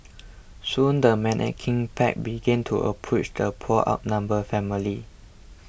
soon the menacing pack began to approach the poor outnumbered family